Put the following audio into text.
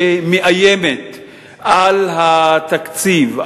שמאיימת על התקציב,